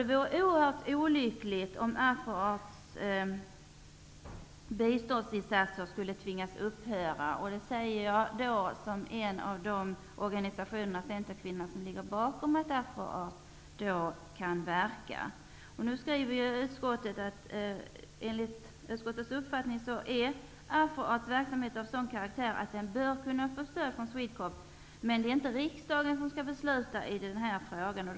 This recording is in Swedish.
Det vore oerhört olyckligt om biståndet till Afro Art skulle tvingas upphöra. Det säger jag som representant för en av de organisationer, Centerkvinnorna, som ligger bakom möjligheterna för Afro Art att verka. Utskottet skriver att Afro Arts verksamhet enligt utskottets uppfattning är av sådan karaktär att man bör kunna få stöd från Swedecorp men att det inte är riksdagen som skall besluta i den här frågan.